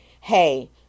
Hey